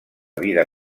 vida